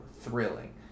thrilling